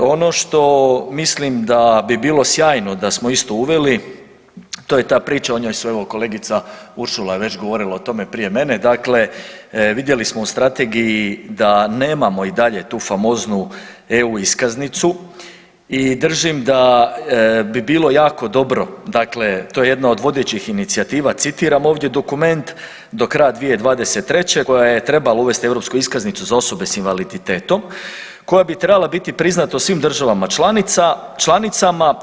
Ono što mislim da bi bilo sjajno da smo isto uveli, to je ta priča, o njoj su evo kolegica Uršula je već govorila o tome prije mene, dakle vidjeli smo u strategiji da nemamo i dalje tu famoznu EU iskaznicu i držim da bi bilo jako dobro, dakle to je jedna od vodećih inicijativa, citiram ovdje dokument do kraja 2023. koja je trebala uvesti europsku iskaznicu za osobe s invaliditetom koja bi trebala biti priznata u svim državama članica, članicama.